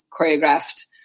choreographed